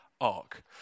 arc